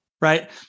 right